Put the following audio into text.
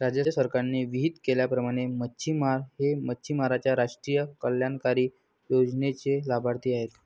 राज्य सरकारने विहित केल्याप्रमाणे मच्छिमार हे मच्छिमारांच्या राष्ट्रीय कल्याणकारी योजनेचे लाभार्थी आहेत